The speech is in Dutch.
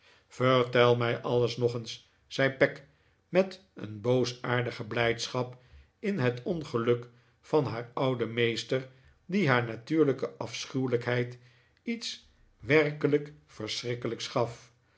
vertel mij alles nog eens zei peg met een boosaardige blijdschap in het ongeluk van haar ouden meester die haar natuurlijke afschuwelijkheid iets werkelijk verschrikkelijks gaf